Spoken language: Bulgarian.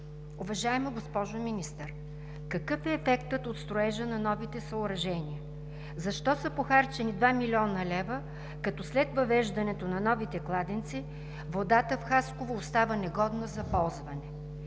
Уважаема госпожо Министър, какъв е ефектът от строежа на новите съоръжения; защо са похарчени 2 млн. лв., като след въвеждането на новите кладенци водата в Хасково остава негодна за ползване?